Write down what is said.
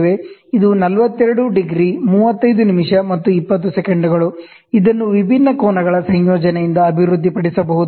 ಇದು 42 ಡಿಗ್ರಿ 35 ನಿಮಿಷ ಮತ್ತು 20 ಸೆಕೆಂಡುಗಳು ಇದನ್ನು ವಿಭಿನ್ನ ಆಂಗಲ್ ಗಳ ಸಂಯೋಜನೆಯಿಂದ ಅಭಿವೃದ್ಧಿಪಡಿಸಬಹುದು